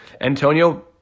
Antonio